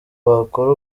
wakora